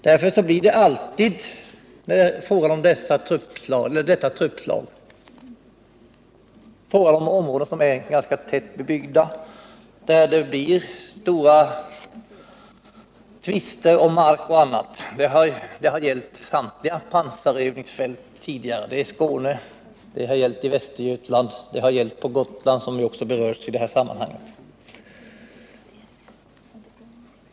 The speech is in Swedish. Därför är det alltid fråga om detta truppslag när det gäller områden som är ganska tätbebyggda. Där blir det stora tvister om mark och annat. Detta har gällt för samtliga tidigare pansarövningsfält — i Skåne, i Västergötland och på Gotland, som nu också berörs i det här sammanhanget.